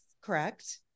correct